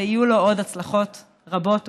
ויהיו בו עוד הצלחות רבות ומרובות.